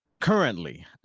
Currently